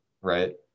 right